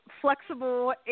flexible